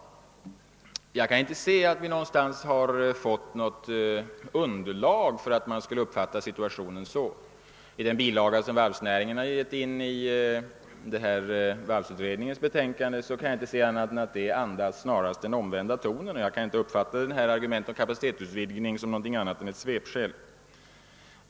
Jag kan inte se att man någonstans redovisat något underlag för att uppfatta situationen så. I varvsnäringens yttrande i en bilaga till varyvsutredningens betänkande är tonen snarare .den motsatta. Jag kan inte uppfatta argumentet om kapacitetsutvidgning som något annat än ett svepskäl.